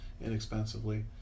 inexpensively